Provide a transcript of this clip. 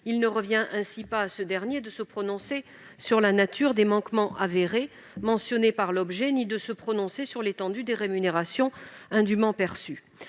Il ne revient ainsi pas à ce dernier de se prononcer sur la nature des manquements avérés mentionnés, pas plus que sur l'étendue des rémunérations indûment perçues.